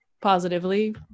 positively